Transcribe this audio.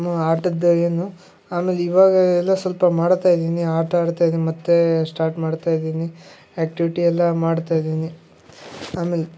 ನು ಆಟದ ಏನು ಆಮೇಲೆ ಇವಾಗ ಎಲ್ಲ ಸ್ವಲ್ಪ ಮಾಡತಾಯಿದ್ದೀನಿ ಆಟ ಆಡ್ತಿದ್ದೀನಿ ಮತ್ತೆ ಸ್ಟಾರ್ಟ್ ಮಾಡ್ತಾಯಿದ್ದೀನಿ ಆ್ಯಕ್ಟಿವಿಟಿ ಎಲ್ಲಾ ಮಾಡ್ತಾಯಿದ್ದೀನಿ ಆಮೇಲೆ